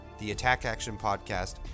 theattackactionpodcast